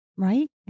right